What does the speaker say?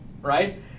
right